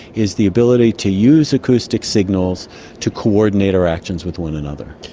is the ability to use acoustic signals to coordinate our actions with one another.